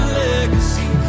legacy